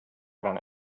gran